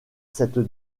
cette